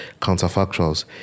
counterfactuals